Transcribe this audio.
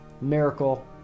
miracle